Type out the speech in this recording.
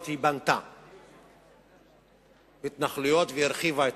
היא בנתה התנחלויות והרחיבה התנחלויות.